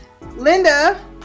linda